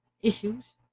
issues